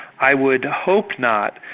i would hope not,